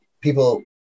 people